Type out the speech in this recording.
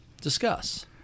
Discuss